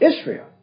Israel